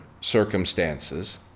circumstances